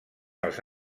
els